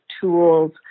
tools